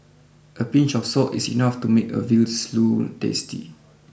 a pinch of salt is enough to make a veal stew tasty